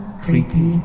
creepy